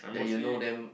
that you know them